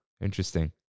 Interesting